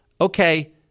okay